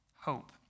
Hope